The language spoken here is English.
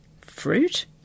Fruit